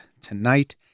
tonight